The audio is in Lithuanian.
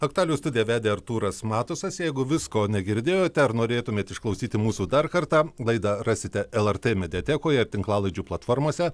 aktualijų studiją vedė artūras matusas jeigu visko negirdėjote ar norėtumėt išklausyti mūsų dar kartą laidą rasite lrt mediatekoje tinklalaidžių platformose